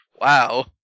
Wow